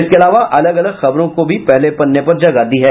इसके अलावा अलग अलग खबरों को भी पहले पन्ने पर जगह दी है